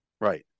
Right